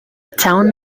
town